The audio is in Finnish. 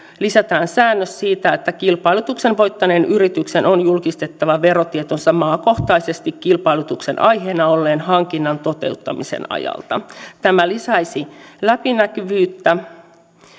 lisätään säännös siitä että kilpailutuksen voittaneen yrityksen on julkistettava verotietonsa maakohtaisesti kilpailutuksen aiheena olleen hankinnan toteuttamisen ajalta tämä lisäisi läpinäkyvyyttä